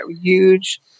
huge